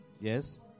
Yes